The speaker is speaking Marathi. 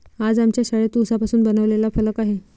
आज आमच्या शाळेत उसापासून बनवलेला फलक आहे